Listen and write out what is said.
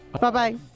Bye-bye